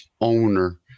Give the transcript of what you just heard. owner